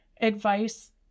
advice